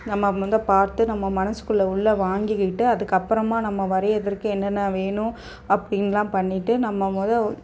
நம்ம ம வந்து பார்த்து நம்ம மனதுக்குள்ள உள்ள வாங்கிக்கிட்டு அதுக்கப்புறமா நம்ம வரைகிதற்கு என்னென்ன வேணும் அப்படின்லாம் பண்ணிவிட்டு நம்ம மொதல்